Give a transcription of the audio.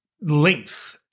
length